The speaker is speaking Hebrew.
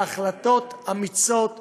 בהחלטות אמיצות פעלנו,